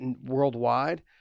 worldwide